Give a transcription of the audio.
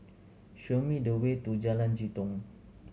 show me the way to Jalan Jitong